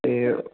ਅਤੇ